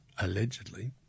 allegedly